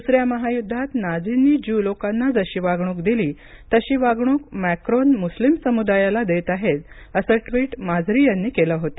दुसऱ्या महायुद्वात नाझींनी ज्यू लोकांना जशी वागणूक दिली तशी वागणूक मॅक्रोन हे मुस्लीम समुदायाला देत आहेत असे ट्वीट माझरी यांनी केले होते